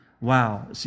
Wow